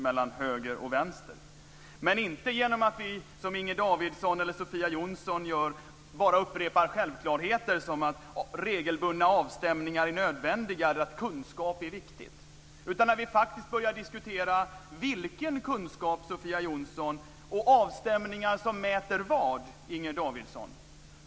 Det handlar inte om att man, som Inger Davidson eller Sofia Jonsson, upprepar självklarheter som att regelbundna avstämningar är nödvändiga eller att kunskap är viktigt. Det handlar om att vi börjar diskutera vilken kunskap det gäller, Sofia Jonsson, och vad avstämningarna ska mäta, Inger Davidson.